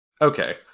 Okay